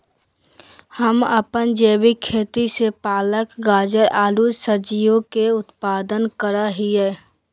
हम अपन जैविक खेती से पालक, गाजर, आलू सजियों के उत्पादन करा हियई